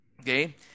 Okay